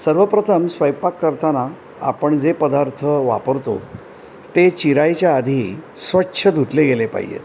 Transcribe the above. सर्वप्रथम स्वयंपाक करताना आपण जे पदार्थ वापरतो ते चिरायच्या आधी स्वच्छ धुतले गेले पाहिजेत